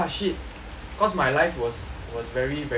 cause my life was was very very little